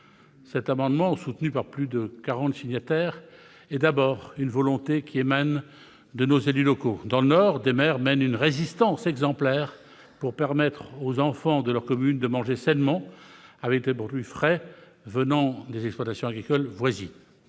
Cet amendement, cosigné par plus de quarante de nos collègues, exprime d'abord une volonté qui émane de nos élus locaux. Ainsi, dans le Nord, des maires mènent une résistance exemplaire pour permettre aux enfants de leur commune de manger sainement, avec des produits frais issus des exploitations voisines.